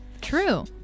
true